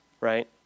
right